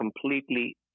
completely